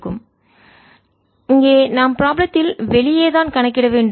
A 0Rωσrsinθ3 r≤R 0R4ωσsinθ3r2 r≥R இங்கே நாம் ப்ராபளத்தில் வெளியே தான் கணக்கிட வேண்டும்